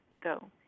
go